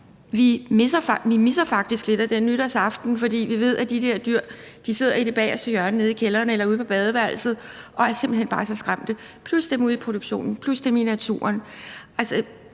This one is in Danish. misser vi faktisk lidt af den nytårsaften, fordi vi ved, at de der dyr sidder i det bageste hjørne nede i kælderen eller ude på badeværelset og er simpelt hen bare så skræmte – plus dem ude i produktionen plus dem i naturen.